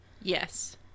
Yes